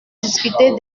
discuté